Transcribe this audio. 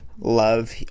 Love